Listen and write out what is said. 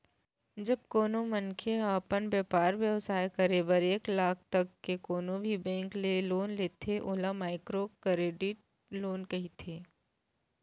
जब कोनो मनखे ह अपन बेपार बेवसाय करे बर एक लाख तक के कोनो भी बेंक ले लोन लेथे ओला माइक्रो करेडिट लोन कहे जाथे